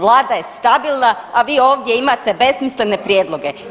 Vlada je stabilna, a vi ovdje imate besmislene prijedloge.